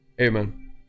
amen